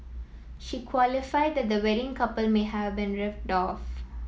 she qualified that the wedding couple may have been ripped off